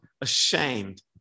ashamed